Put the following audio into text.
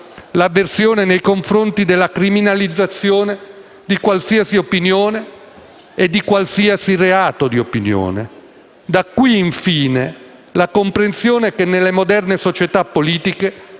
l'avversione nei confronti della criminalizzazione di qualsiasi opinione e nei confronti di qualsiasi reato di opinione; da qui, infine, la comprensione che nelle moderne società politiche